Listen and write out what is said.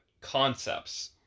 concepts